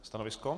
Stanovisko.